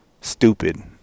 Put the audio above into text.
stupid